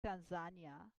tanzania